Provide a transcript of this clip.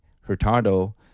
Hurtado